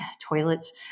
Toilets